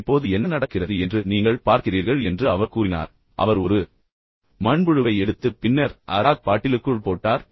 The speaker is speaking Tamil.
எனவே இப்போது என்ன நடக்கிறது என்று நீங்கள் பார்க்கிறீர்கள் என்று அவர் கூறினார் எனவே அவர் ஒரு மண்புழுவை எடுத்து பின்னர் அராக் பாட்டிலுக்குள் போட்டார்